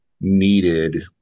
needed